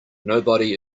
nobody